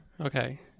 Okay